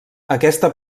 aquesta